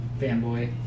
fanboy